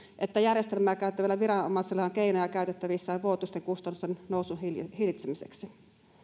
että järjestelmiä käyttävillä viranomaisilla on keinoja käytettävissään vuotuisten kustannusten nousun hillitsemiseksi